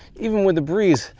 even with a breeze,